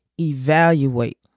evaluate